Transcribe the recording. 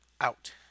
out